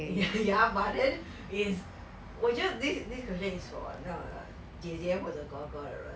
ya but then if 我觉得 this this question is so odd for 好像 like 姐姐或者哥哥的人